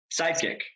sidekick